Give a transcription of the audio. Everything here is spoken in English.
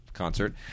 concert